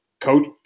coach